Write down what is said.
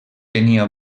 tenia